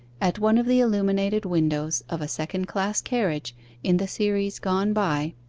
at one of the illuminated windows of a second-class carriage in the series gone by,